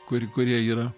kuri kurie yra